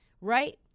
Right